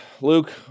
Luke